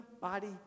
body